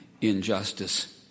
injustice